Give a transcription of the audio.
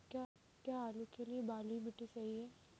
क्या आलू के लिए बलुई मिट्टी सही है?